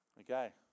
Okay